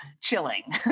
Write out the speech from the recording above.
chilling